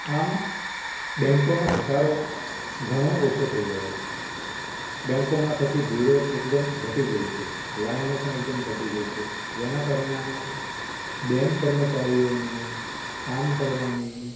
આમ બૅન્કોનો ઘસારો ઘણો ઓછો થઈ ગયો છે બૅન્કોમાં થતી ભીડ એકદમ ઘટી ગઈ છે લાઇનો પણ એકદમ ઘટી ગઇ છે જેના પરિણામે બૅન્ક કર્મચારીઓની કામ કરવાની